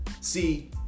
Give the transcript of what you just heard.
See